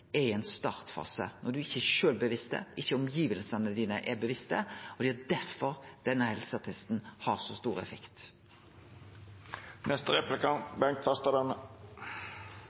er i ein startfase, når ein ikkje sjølv er bevisst på det, når ikkje omgjevnadene er bevisste på det, og det er derfor denne helseattesten har så stor